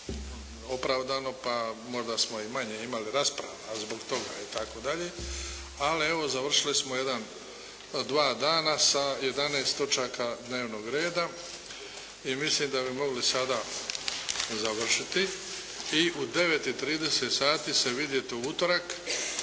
opravdano, pa možda smo i manje imali rasprava, a zbog toga itd., ali evo završili smo dva dana sa 11 točaka dnevnog reda i mislim da bi mogli sada završiti i u 9,30 sati se vidjet u utorak,